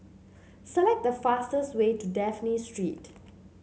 select the fastest way to Dafne Street